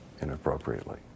inappropriately